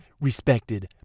respected